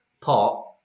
pot